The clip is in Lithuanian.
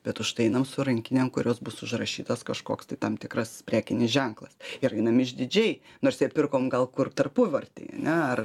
bet užtai einam su rankinėm kurios bus užrašytas kažkoks tai tam tikras prekinis ženklas ir ainam išdidžiai nors ją pirkom gal kur tarpuvartėj ane ar